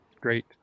Great